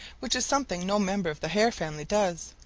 which is something no member of the hare family does.